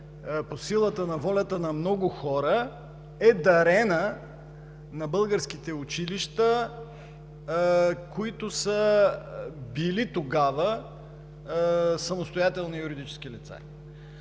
по силата на волята на много хора е дарена на българските училища, които са били тогава самостоятелни юридически лица.